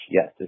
Yes